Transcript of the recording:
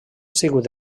sigut